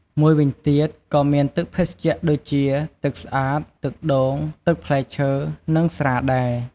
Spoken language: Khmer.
មួយវិញទៀតក៏មានទឹកភេសជ្ជៈដូចជា ទឹកស្អាត ទឹកដូង ទឹកផ្លែឈើ និង ស្រាដែរ។